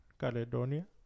Caledonia